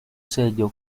sello